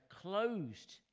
closed